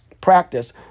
practice